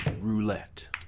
Roulette